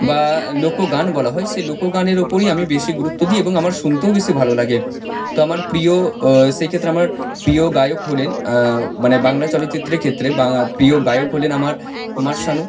বা লোকগান বলা হয় সে লোকগানের ওপরই আমি বেশি গুরুত্ব দিই এবং আমার শুনতেও বেশি ভালো লাগে তো আমার প্রিয় সেই ক্ষেত্রে আমার প্রিয় গায়ক হলেন মানে বাংলা চলচ্চিত্রের ক্ষেত্রে বা প্রিয় গায়ক হলেন আমার কুমার শানু